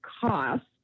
cost